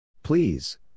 Please